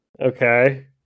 Okay